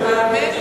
הלוא זאת